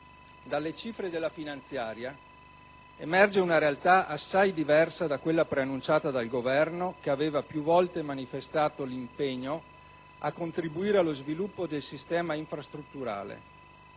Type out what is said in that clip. Dalle cifre del provvedimento in discussione emerge una realtà assai diversa da quella preannunciata dal Governo che aveva più volte manifestato l'impegno a contribuire allo sviluppo del sistema infrastrutturale.